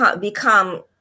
become